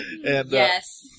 Yes